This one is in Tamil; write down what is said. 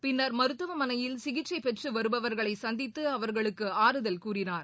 பின்னர் மருத்துவமனையில் சிகிச்சை பெற்று வருபவர்களை சந்தித்து அவர்களுக்கு ஆறுதல் கூறினார்